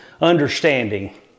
understanding